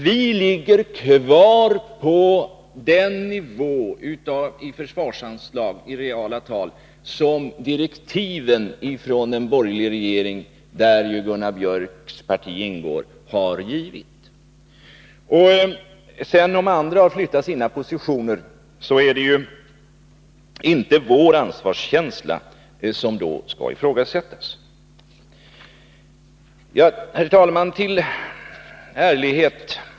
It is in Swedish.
Vi ligger kvar på den reala nivå i försvarsanslag som direktiven från en borgerlig regering — där Gunnar Björks parti ingår — har givit. Om sedan de andra partierna flyttat sina positioner är det inte vår ansvarskänsla som skall ifrågasättas. Herr talman!